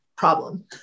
problem